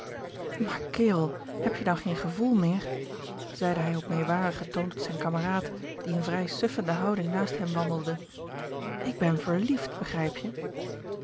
maar kerel heb je dan geen gevoel meer zeide hij op meewarigen toon tot zijn kamaraad die in vrij suffende houding naast hem wandelde ik ben verliefd begrijp je